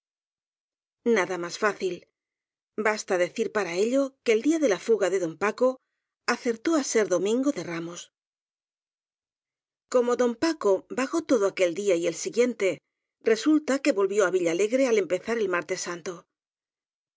nada más fácil basta decir para ello que el día de la fuga de don paco acertó á ser domingo de ramos como don paco vagó todo aquel día y el si guiente resulta que volvió á villalegre al empezar el martes santo